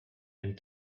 and